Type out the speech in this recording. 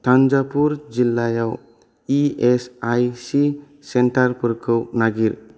थान्जावुर जिल्लायाव E S I C सेन्टारफोरखौ नागिर